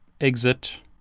exit